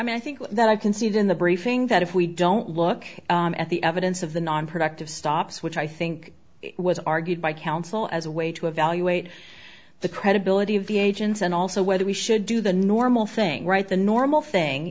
mean i think that i can see it in the briefing that if we don't look at the evidence of the non productive stops which i think was argued by counsel as a way to evaluate the credibility of the agents and also whether we should do the normal thing right the normal thing